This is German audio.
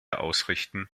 ausrichten